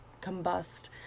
combust